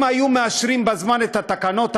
אם היו מאשרים בזמן את התקנות,